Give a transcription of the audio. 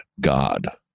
God